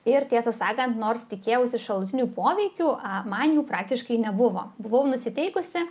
ir tiesą sakant nors tikėjausi šalutinių poveikių o man jų praktiškai nebuvo buvau nusiteikusi